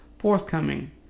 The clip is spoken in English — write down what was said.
forthcoming